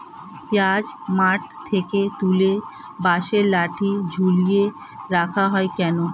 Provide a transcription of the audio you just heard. পিঁয়াজ মাঠ থেকে তুলে বাঁশের লাঠি ঝুলিয়ে রাখা হয় কেন?